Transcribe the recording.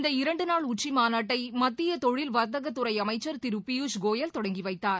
இந்த இரண்டு நாள் உச்சிமாநாட்டை மத்திய தொழில் வாத்தகத்துறை அமைச்சர் திரு பியூஷ் கோயல் தொடங்கி வைத்தார்